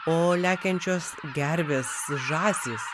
o lekiančios gervės žąsys